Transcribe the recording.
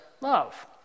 love